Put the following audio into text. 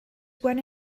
one